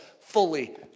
fully